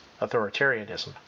authoritarianism